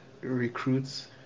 recruits